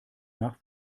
nach